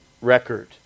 record